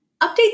Updates